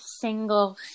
single